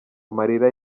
amarira